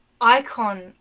icon